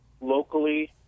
locally